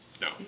No